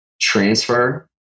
transfer